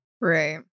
Right